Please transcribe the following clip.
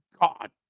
God